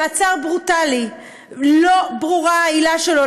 מעצר ברוטלי שלא ברורה העילה שלו,